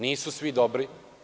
Nisu svi dobri.